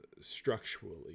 structurally